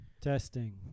Testing